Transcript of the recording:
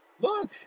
look